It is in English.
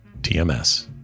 TMS